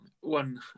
one